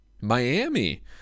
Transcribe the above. Miami